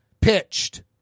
pitched